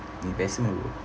investment